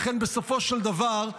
לכן בסופו של דבר,